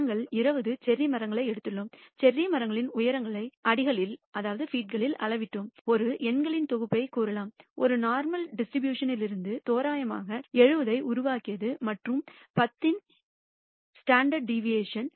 நாங்கள் 20 செர்ரி மரங்களை எடுத்துள்ளோம் செர்ரி மரங்களின் உயரங்களை அடிகளில் அளவிட்டோம் ஒரு எண்களின் தொகுப்பைக் கூறலாம் ஒரு நோர்மல் டிஸ்ட்ரிபியூஷன் த்லிருந்து தோராயமாக 70 ஐ உருவாக்கியது மற்றும் 10 இன் ஸ்டாண்டர்ட் டிவேஷன்